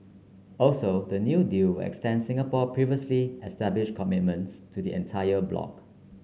also the new deal will extend Singapore's previously established commitments to the entire block